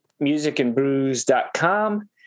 musicandbrews.com